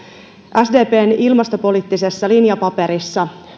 sdpn ilmastopoliittisessa linjapaperissa